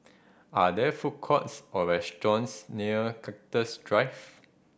are there food courts or restaurants near Cactus Drive